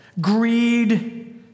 Greed